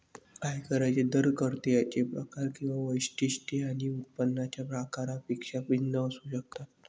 आयकरांचे दर करदात्यांचे प्रकार किंवा वैशिष्ट्ये आणि उत्पन्नाच्या प्रकारापेक्षा भिन्न असू शकतात